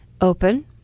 open